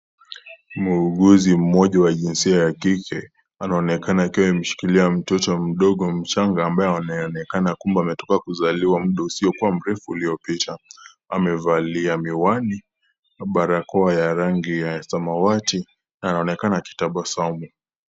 Muuguzi mmoja wa jinsia ya kike anaonekana akiwa ameshikilia mtoto mdogo mchanga ambaye anaonekana kumbe ametoka kuzaliwa muda isiokuwa mrefu uliopita. Amevalia miwani, barakoa ya rangi ya samawati.na anaonekana akitabasamu.